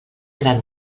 gran